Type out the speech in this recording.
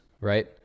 right